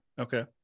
Okay